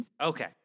Okay